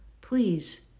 Please